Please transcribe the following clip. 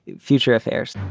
future affairs.